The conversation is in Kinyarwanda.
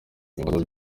ibibazo